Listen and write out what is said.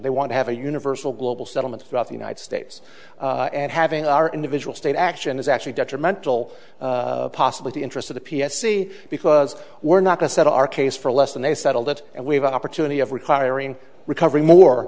they want to have a universal global settlement throughout the united states and having our individual state action is actually detrimental possibly the interest of the p s c because we're not going to settle our case for less than they settled it and we have an opportunity of requiring recovering more